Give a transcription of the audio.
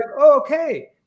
Okay